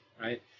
right